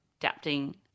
adapting